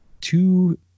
two